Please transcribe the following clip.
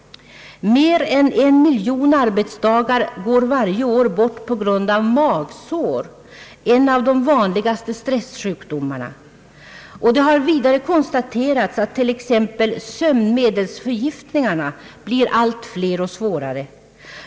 Mer än en miljon arbetsdagar går varje år bort på grund av magsår — en av de vanligaste stressjukdomarna. Det har vidare konstaterats att t.ex. sömnmedelsförgiftningarna blir allt flera och svårare.